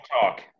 talk